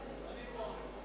אני פה.